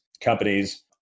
companies